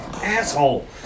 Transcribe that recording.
asshole